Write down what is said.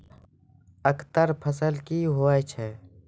अग्रतर फसल क्या हैं?